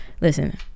listen